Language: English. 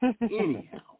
Anyhow